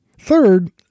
Third